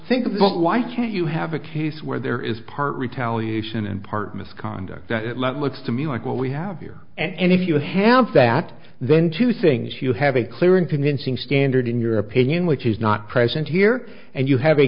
house you have a case where there is part retaliation and part misconduct that let looks to me like what we have here and if you have that then two things you have a clear and convincing standard in your opinion which is not present here and you have a